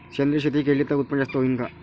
सेंद्रिय शेती केली त उत्पन्न जास्त होईन का?